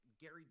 Gary